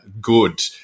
good